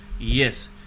Yes